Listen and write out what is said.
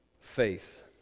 faith